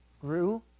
grew